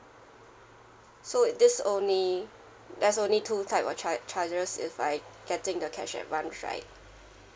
so this only there's only two type of charge charges if I getting the cash advance right